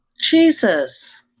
Jesus